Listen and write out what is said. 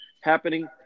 happening